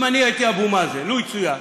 אם אני הייתי אבו מאזן, לו יצויר,